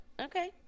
Okay